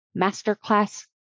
Masterclass